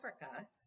africa